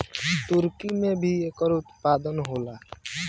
तुर्की में भी एकर उत्पादन होला